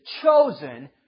chosen